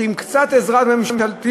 על כך שעם קצת עזרה ממשלתית,